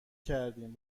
کردیم